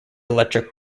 electric